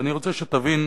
ואני רוצה שתבין,